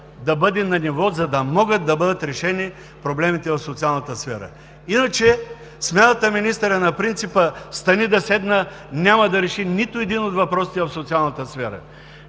да бъде на ниво, за да могат да бъдат решени проблемите в социалната сфера. Иначе, смяната на министъра на принципа „Стани да седна“ няма да реши нито един от въпросите в социалната сфера.